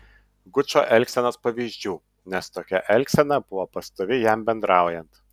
gučo elgsenos pavyzdžių nes tokia elgsena buvo pastovi jam bendraujant